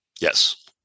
Yes